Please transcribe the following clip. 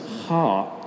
heart